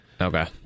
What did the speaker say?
Okay